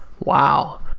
wow,